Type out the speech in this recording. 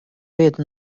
vietu